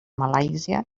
malàisia